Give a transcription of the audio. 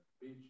beach